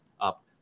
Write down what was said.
up